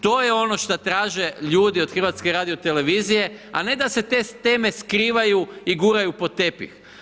To je ono što traže ljudi od HRT, a ne da se teme skrivaju i guraju pod tepih.